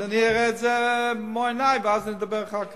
אני אראה את זה במו-עיני, ונדבר אחר כך.